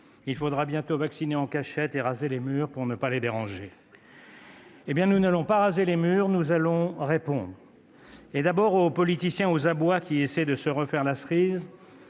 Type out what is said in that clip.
Il faudra bientôt vacciner en cachette et raser les murs pour ne pas les déranger. Eh bien, nous n'allons pas raser les murs, nous allons répondre ! Nous répondrons aux politiciens aux abois qui essaient de se refaire la cerise,